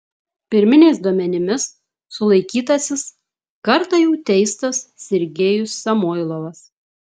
pirminiais duomenimis sulaikytasis kartą jau teistas sergejus samoilovas